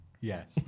Yes